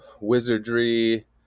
Wizardry